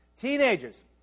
Teenagers